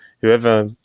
whoever